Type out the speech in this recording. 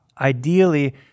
ideally